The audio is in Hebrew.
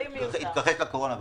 הוא התכחש לקורונה בכלל.